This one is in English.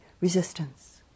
resistance